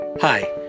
Hi